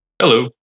Hello